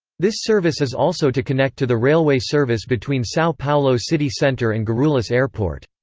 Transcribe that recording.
this service is also to connect to the railway service between sao paulo city center and guarulhos airport.